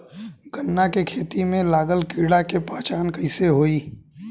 गन्ना के खेती में लागल कीड़ा के पहचान कैसे होयी?